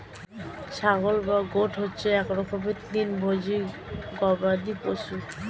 ছাগল বা গোট হচ্ছে এক রকমের তৃণভোজী গবাদি পশু